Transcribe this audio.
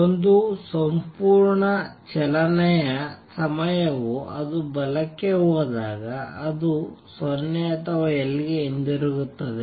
1 ಸಂಪೂರ್ಣ ಚಲನೆಯ ಸಮಯವು ಅದು ಬಲಕ್ಕೆ ಹೋದಾಗ ಅದು 0 ಮತ್ತು L ಗೆ ಹಿಂತಿರುಗುತ್ತದೆ